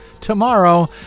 tomorrow